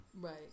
Right